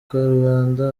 karubanda